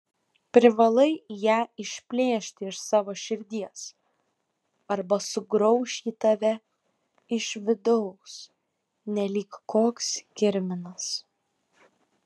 privalai ją išplėšti iš savo širdies arba sugrauš ji tave iš vidaus nelyg koks kirminas